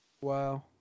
wow